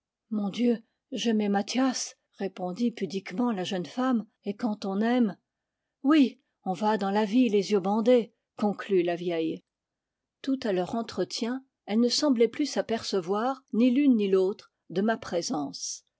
mon dieu j'aimais mathias répondit pudiquement la jeune femme et quand on aime oui on va dans la vie les yeux bandés conclut la vieille tout à leur entretien elles ne semblaient plus s'apercevoir ni l'une ni l'autre de ma présence